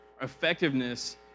effectiveness